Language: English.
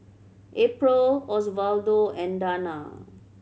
April Osvaldo and Dana